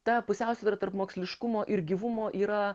ta pusiausvyra tarp moksliškumo ir gyvumo yra